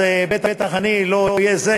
אז אני בטח לא אהיה זה